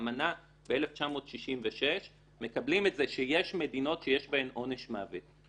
באמנה ב-1966 מקבלים את זה שיש מדינות שיש בהן עונש מוות.